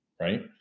Right